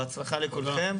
בהצלחה לכולכם.